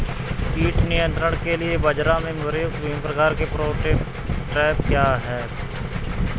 कीट नियंत्रण के लिए बाजरा में प्रयुक्त विभिन्न प्रकार के फेरोमोन ट्रैप क्या है?